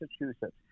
Massachusetts